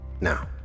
now